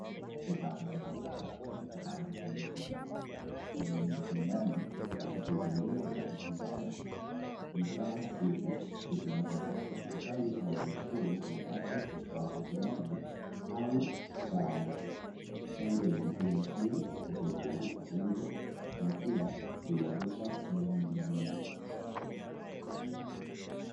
Chupa ndogo ya dawa imeandikwa rubela. Karibu ni sindano na vitu vingine vya hospitali. Vifaa hizi hutumika katika hospitali au vituo vya afya kutoa matibabu au chanjo. Chanjo ni muhimu sana kwa kuzuia magonjwa na pia kuimarisha mwilini.